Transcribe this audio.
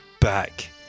back